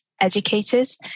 educators